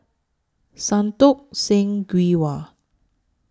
Santokh Singh Grewal